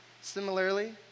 similarly